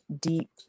deep